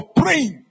praying